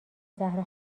زهرا